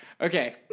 Okay